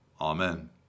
Amen